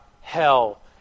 hell